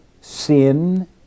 sin